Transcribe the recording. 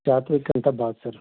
ਚਾਹ ਤੋਂ ਇਕ ਘੰਟਾ ਬਾਅਦ ਸਰ